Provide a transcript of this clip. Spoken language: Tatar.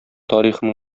тарихын